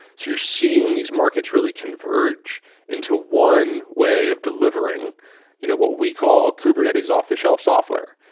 you're seeing these markets really converge into one way of delivering you know what we call kubernetes off-the-shelf software.